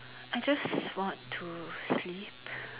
I just want to sleep